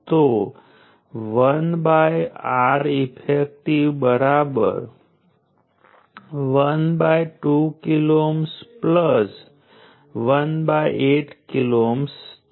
તેથી રઝિસ્ટર માત્ર પાવરને શોષી લે છે જે પરિણામે માત્ર એનર્જીનું શોષણ કરે છે તે ક્યારેય એનર્જી ઉત્પન્ન કરી શકતું નથી અને બાકીની સર્કિટને પૂરી પાડવામાં આવે છે